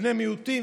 בני מיעוטים,